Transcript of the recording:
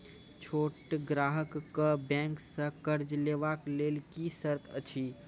छोट ग्राहक कअ बैंक सऽ कर्ज लेवाक लेल की सर्त अछि?